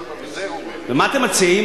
ומה אתם מציעים?